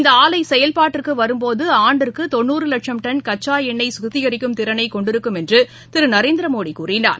இந்தஆலைசெயல்பாட்டிற்குவரும்போதுஆண்டிற்கு லட்சம் டன் கச்சாஎண்ணெய் சுத்திகரிக்கும் திறனைகொண்டிருக்கும் என்றுதிருநரேந்திரமோடிகூறினார்